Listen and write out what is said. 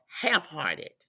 half-hearted